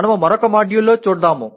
మనము మరొక మాడ్యూల్ లో చూడవచ్చు